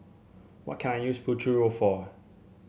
what can I use Futuro for